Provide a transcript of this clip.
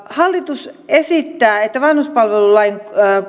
hallitus esittää että vanhuspalvelulain